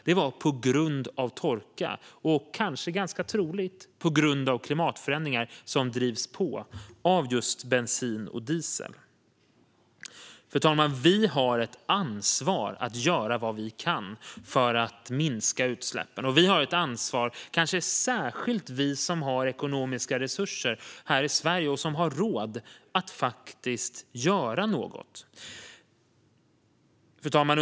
Det var på grund av torka och ganska troligt på grund av klimatförändringar som drivs på av just bensin och diesel. Fru talman! Vi har ett ansvar att göra vad vi kan för att minska utsläppen. Kanske särskilt vi som har ekonomiska resurser här i Sverige och som har råd att faktiskt göra något har ett ansvar. Fru talman!